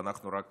ואנחנו רק